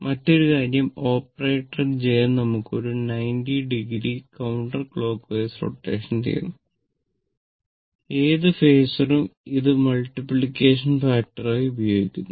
മറ്റൊരു കാര്യം operator j നമുക്ക് ഒരു 90 o counter clockwise rotation ചെയ്യുന്നു ഏത് ഫേസറിലും ഇത് മൾട്ടിപ്ലിക്കേഷൻ ഫാക്ടർ ആയി പ്രയോഗിക്കുന്നു